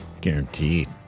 Guaranteed